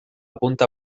punta